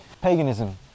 paganism